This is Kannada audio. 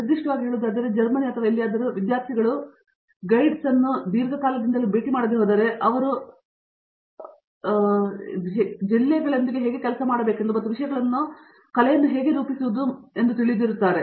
ನಿರ್ದಿಷ್ಟವಾಗಿ ಹೇಳುವುದಾದರೆ ಜರ್ಮನಿ ಅಥವಾ ಎಲ್ಲಿಯಾದರೂ ವಿದ್ಯಾರ್ಥಿಗಳು ಗೈಡ್ಸ್ ಅನ್ನು ದೀರ್ಘಕಾಲದಿಂದಲೂ ಭೇಟಿ ಮಾಡದೆ ಹೋದರೆ ಅವರು ಜಲ್ಲೆಗಳೊಂದಿಗೆ ಹೇಗೆ ಕೆಲಸ ಮಾಡಬೇಕೆಂದು ಮತ್ತು ವಿಷಯಗಳನ್ನು ಕಲೆಯನ್ನು ಹೇಗೆ ರೂಪಿಸುವುದು ಮತ್ತು ಹೀಗೆ ತಿಳಿದಿರುತ್ತಾರೆ